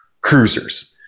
cruisers